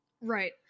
right